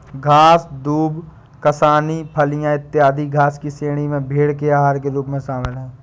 घास, दूब, कासनी, फलियाँ, इत्यादि घास की श्रेणी में भेंड़ के आहार के रूप में शामिल है